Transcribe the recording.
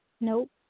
Nope